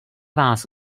vás